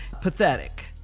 pathetic